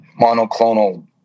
monoclonal